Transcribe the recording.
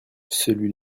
celui